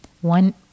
One